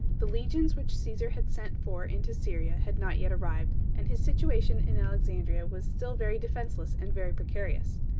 the legions which caesar had sent for into syria had not yet arrived, and his situation in alexandria was still very defenseless and very precarious.